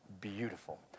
beautiful